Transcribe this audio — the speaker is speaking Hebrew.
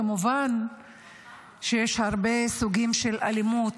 כמובן שיש הרבה סוגים של אלימות.